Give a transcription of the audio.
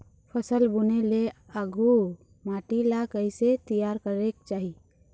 फसल बुने ले आघु माटी ला कइसे तियार करेक चाही?